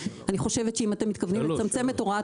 אני חושבת שאם אתם מתכוונים לצמצם את הוראת